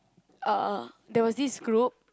uh there was this group